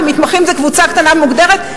כי מתמחים זו קבוצה קטנה ומוגדרת?